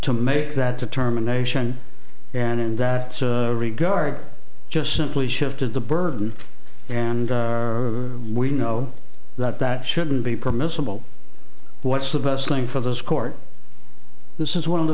to make that determination and in that regard just simply shifted the burden and we know that that shouldn't be permissible what's the best thing for those court this is one of the